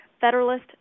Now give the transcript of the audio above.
federalist